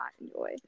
enjoy